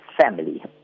family